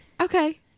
Okay